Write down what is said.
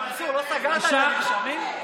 אבל מנסור, לא סגרת את הנרשמים?